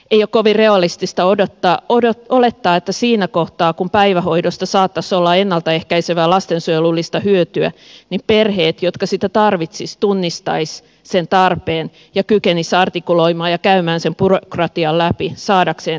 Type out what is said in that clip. ei ole kovin realistista olettaa että siinä kohtaa kun päivähoidosta saattaisi olla ennalta ehkäisevää lastensuojelullista hyötyä perheet jotka sitä tarvitsisivat tunnistaisivat sen tarpeen ja kykenisivät artikuloimaan ja käymään sen byrokratian läpi saadakseen tämän päivähoitopaikan